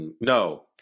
No